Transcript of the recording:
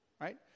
Right